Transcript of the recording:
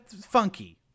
funky